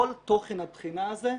כל תוכן הבחינה הזאת,